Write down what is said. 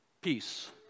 peace